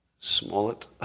Smollett